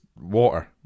water